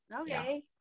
okay